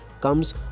comes